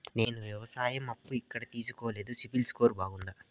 నేను వ్యవసాయం అప్పు ఎక్కడ తీసుకోలేదు, సిబిల్ స్కోరు బాగుందా?